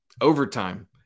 overtime